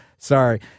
Sorry